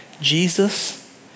Jesus